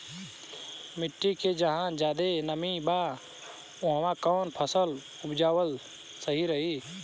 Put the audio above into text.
मिट्टी मे जहा जादे नमी बा उहवा कौन फसल उपजावल सही रही?